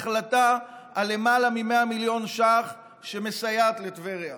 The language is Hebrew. החלטה על למעלה מ-100 מיליון ש"ח שמסייעת לטבריה.